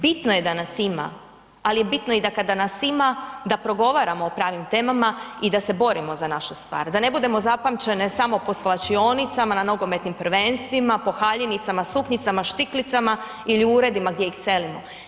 Bitno je da nas ima, ali je bitno kada nas ima da progovaramo o pravim temama i da se borimo za našu stvar, da ne budemo zapamćene samo po svlačionicama na nogometnim prvenstvima, po haljinicama, suknjicama, štiklicama ili u uredima gdje ih selimo.